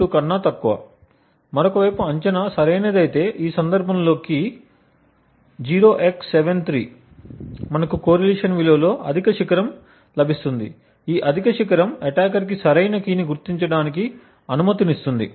02 కన్నా తక్కువ మరొక వైపు అంచనా సరైనది అయితే ఈ సందర్భంలో కీ 0x73 మనకు కోరిలేషన్ విలువలో అధిక శిఖరం లభిస్తుంది ఈ అధిక శిఖరం అటాకర్ కి సరైన కీ ని గుర్తించడానికి అనుమతిస్తుంది